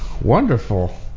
Wonderful